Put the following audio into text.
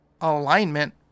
Alignment